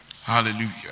Hallelujah